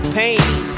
pain